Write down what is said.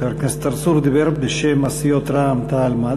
חבר הכנסת צרצור דיבר בשם הסיעות רע"ם-תע"ל-מד"ע,